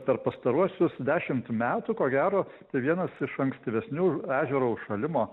per pastaruosius dešimt metų ko gero vienas iš ankstyvesnių ežero užšalimo